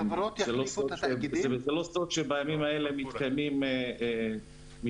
זה לא סוד שבימים אלה מתקיימות פגישות